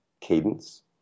cadence